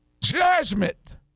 Judgment